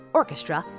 orchestra